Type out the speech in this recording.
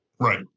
Right